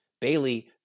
Bailey